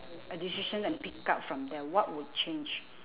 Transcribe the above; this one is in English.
a decision and pick up from there what would change